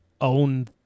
own